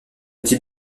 type